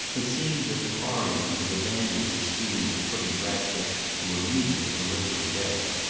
it seemed that the quarryman had abandoned his scheme of putting ratcliffe to immediate political death,